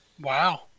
Wow